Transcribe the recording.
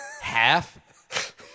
Half